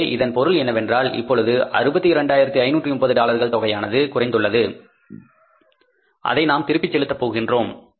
எனவே இதன் பொருள் என்னவென்றால் இப்பொழுது 62530 டாலர்கள் தொகையானது குறைந்துள்ளது அதை நாம் திருப்பிச் செலுத்த போகின்றோம்